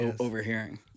Overhearing